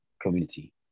community